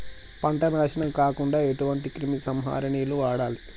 పంట నాశనం కాకుండా ఎటువంటి క్రిమి సంహారిణిలు వాడాలి?